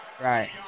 Right